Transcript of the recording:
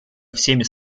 всеми